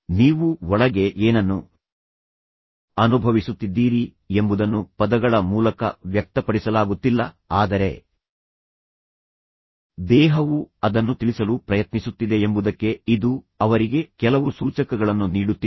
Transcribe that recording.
ನೀವು ಒಳಗೆ ಏನನ್ನು ಅನುಭವಿಸುತ್ತಿದ್ದೀರಿ ಎಂಬುದನ್ನು ಪದಗಳ ಮೂಲಕ ವ್ಯಕ್ತಪಡಿಸಲಾಗುತ್ತಿಲ್ಲ ಆದರೆ ದೇಹವು ಅದನ್ನು ತಿಳಿಸಲು ಪ್ರಯತ್ನಿಸುತ್ತಿದೆ ಎಂಬುದಕ್ಕೆ ಇದು ಅವರಿಗೆ ಕೆಲವು ಸೂಚಕಗಳನ್ನು ನೀಡುತ್ತಿದೆ